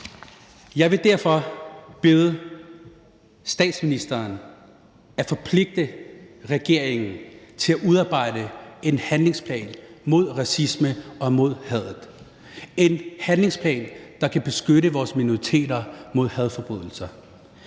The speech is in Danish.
Jeg vil derfor bede statsministeren om at forpligte regeringen til at udarbejde en handlingsplan mod racismen og mod hadet; en handlingsplan, der kan beskytte vores minoriteter mod hadforbrydelser;